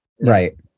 right